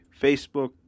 Facebook